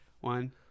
one